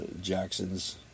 jackson's